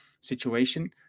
situation